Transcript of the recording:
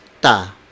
ta